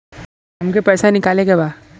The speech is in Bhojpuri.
हमके पैसा निकाले के बा